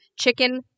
chicken